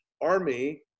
army